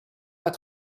pas